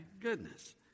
goodness